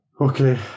Okay